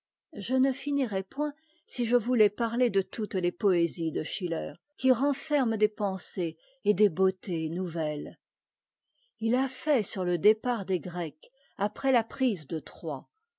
je ne finirais point si je voûtais parier de toutes les poésies de schiller qui renferment des pensées et des beautés nouvet es h à fait sur te départ des grecs après la prise de